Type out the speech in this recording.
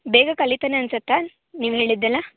ಬೇಗ ಕಲೀತಾನೆ ಅನಿಸುತ್ತಾ ನೀವ್ಹೇಳಿದ್ದೆಲ್ಲ